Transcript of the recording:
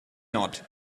not